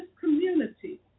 community